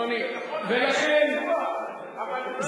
מגיע לו הודעה אישית,